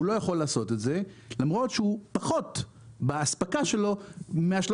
הוא לא יכול לעשות את זה למרות שהוא פחות באספקה שלו מה-360.